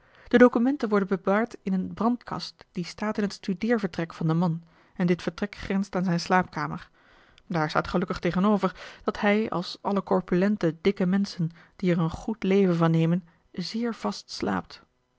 de documenten worden bewaard in een brandkast die staat in het studeervertrek van den man en dit vertrek grenst aan zijn slaapkamer daar staat gelukkig tegenover dat hij als alle corpulente dikke menschen die er een goed leven van nemen zeer vast slaapt